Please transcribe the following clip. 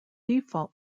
default